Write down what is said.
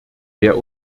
der